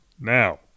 now